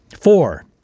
Four